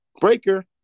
Breaker